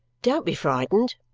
don't be frightened!